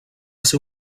ser